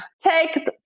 take